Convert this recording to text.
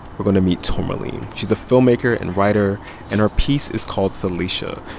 we're going to meet tourmaline. she's a filmmaker and writer and her piece is called salacia.